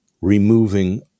removing